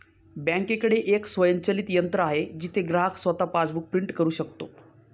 बँकेकडे एक स्वयंचलित यंत्र आहे जिथे ग्राहक स्वतः पासबुक प्रिंट करू शकतो